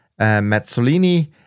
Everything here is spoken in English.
Mazzolini